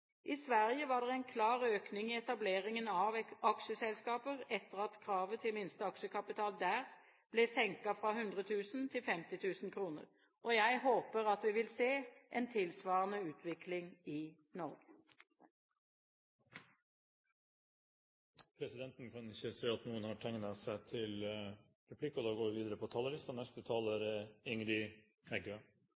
I Sverige var det en klar økning i etableringen av aksjeselskaper etter at kravet til minste aksjekapital der ble senket fra 100 000 til 50 000 kr. Jeg håper at vi vil se en tilsvarende utvikling i Norge. De talere som heretter får ordet, har en taletid på inntil 3 minutter. Eg viser til saksordføraren sin gode gjennomgang av endringane som ligg ved her, og